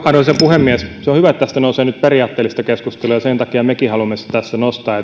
arvoisa puhemies se on hyvä että tästä nyt nousee periaatteellista keskustelua ja sen takia mekin haluamme sitä tässä nostaa